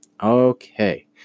Okay